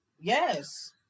Yes